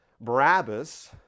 Barabbas